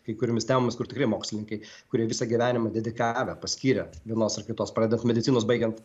kai kuriomis temomis kur tikrai mokslininkai kurie visą gyvenimą dedikavę paskyrę vienos ar kitos pradedant medicinos baigiant